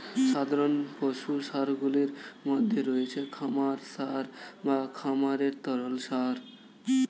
সাধারণ পশু সারগুলির মধ্যে রয়েছে খামার সার বা খামারের তরল সার